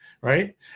right